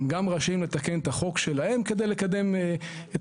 הם גם רשאים לתקן את החוק שלהם כדי לקדם את